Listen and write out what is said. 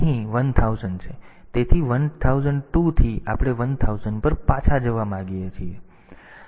તેથી 1002 થી આપણે 1000 પર પાછા જવા માંગીએ છીએ તેથી આપણે બે સ્થળોએ પાછા જવાની જરૂર છે